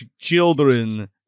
Children